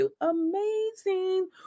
Amazing